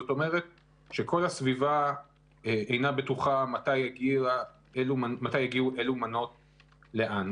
זאת אומרת שכל הסביבה אינה בטוחה מתי יגיעו אילו מנות לאן.